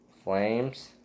flames